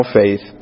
faith